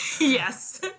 Yes